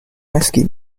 rescue